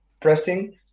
pressing